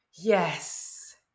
Yes